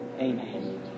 Amen